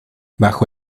bajo